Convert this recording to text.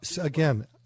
again